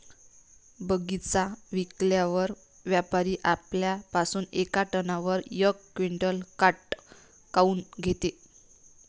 बगीचा विकल्यावर व्यापारी आपल्या पासुन येका टनावर यक क्विंटल काट काऊन घेते?